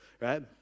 right